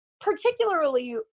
particularly